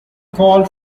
called